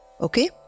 Okay